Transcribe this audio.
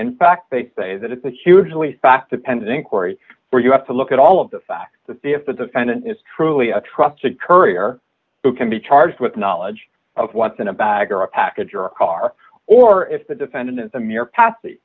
in fact they say that it's a hugely fact depends inquiry where you have to look at all of the facts to see if the defendant is truly a trusted courier who can be charged with knowledge of what's in a bag or a package or a car or if the defendant is a mere pa